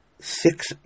Six